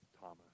Thomas